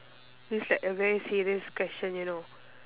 it's like a very serious question you know